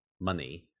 money